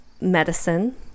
medicine